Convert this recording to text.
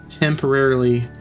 temporarily